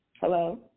hello